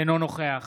אינו נוכח